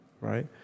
right